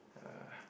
uh